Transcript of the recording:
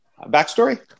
backstory